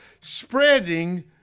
spreading